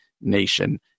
nation